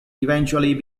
eventually